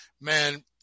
man